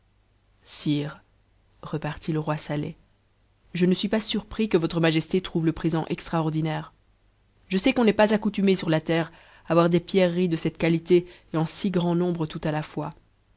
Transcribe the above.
sire repartit le roi saleh je ne suis pas surpris que votre majesté trouve le présent extraordinaire je sais qu'on n'est pas accoutumé su la terre a voir des pierreries de cette qualité et en si grand nombre tout à la fois